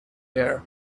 there